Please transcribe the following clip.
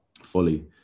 fully